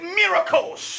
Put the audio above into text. miracles